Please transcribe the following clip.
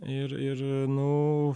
ir ir nu